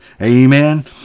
Amen